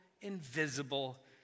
invisible